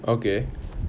okay